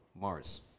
Mars